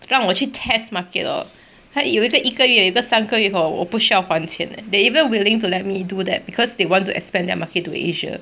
让我去 test market lor 还有一个一个月有一个三个月我不需要还钱 leh they even willing to let me do that because they want to expand their market to asia